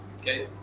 Okay